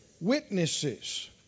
Witnesses